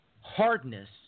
hardness